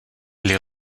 les